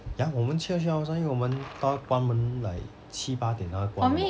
ya 我们需要去到因为我们他关门 like 七八点他就关门